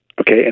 okay